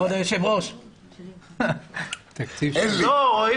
אין לי.